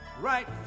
right